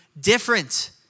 different